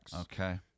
Okay